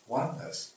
oneness